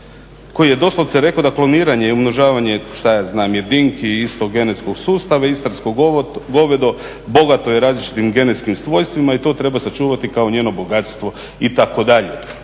koji je doslovce rekao da kloniranje, umnožavanje, što ja znam, jedinki istog genetskog sustava, istarsko govedo bogato je različitim genetskim svojstvima i to treba sačuvati kao njeno bogatstvo, itd.